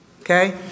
okay